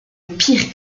pire